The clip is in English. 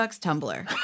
tumbler